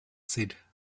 said